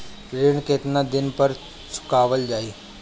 ऋण केतना दिन पर चुकवाल जाइ?